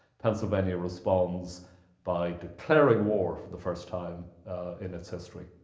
pennsylvania responds by declaring war for the first time in its history,